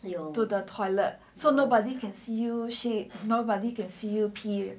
to the toilet so nobody can see you shit nobody can see you pee